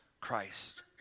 Christ